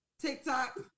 TikTok